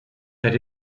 that